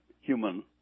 human